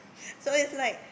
so it's like